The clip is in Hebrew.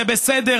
זה בסדר.